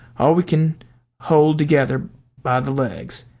all we can hold together by the legs.